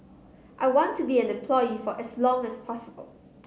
I want to be an employee for as long as possible